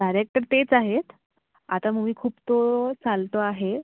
director तेच आहेत आता मुवी खूप तो चालतो आहे